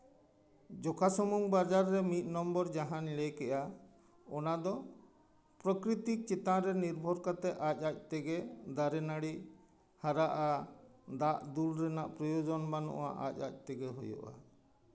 ᱡᱚᱠᱷᱟ ᱥᱩᱢᱩᱝ ᱵᱟᱜᱟᱱ ᱨᱮ ᱢᱤᱫ ᱱᱚᱢᱵᱚᱨ ᱡᱟᱦᱟᱸᱭ ᱞᱟᱹᱭ ᱠᱮᱫᱼᱟ ᱚᱱᱟ ᱫᱚ ᱯᱨᱚᱠᱤᱛᱤ ᱪᱮᱛᱟᱱ ᱨᱮ ᱱᱤᱨᱵᱷᱚᱨ ᱠᱟᱛᱮᱜ ᱟᱡ ᱟᱡ ᱛᱮᱜᱮ ᱫᱟᱨᱮ ᱱᱟᱹᱲᱤ ᱦᱟᱨᱟᱜᱼᱟ ᱫᱟᱜ ᱫᱩᱞ ᱨᱮᱱᱟᱜ ᱯᱨᱳᱭᱳᱡᱚᱱ ᱵᱟᱹᱱᱩᱜᱼᱟ ᱟᱡ ᱟᱡᱛᱮ ᱦᱩᱭᱩᱜᱼᱟ